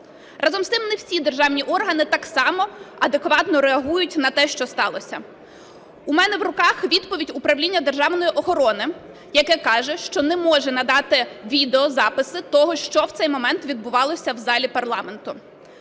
Разом з тим, не всі державні органи так само адекватно реагують на те, що сталося. У мене в руках відповідь Управління державної охорони, яке каже, що не може надати відеозаписи того, що в цей момент відбувалося в залі парламенту.